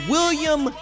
William